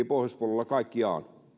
pohjoispuolella kaikkiaan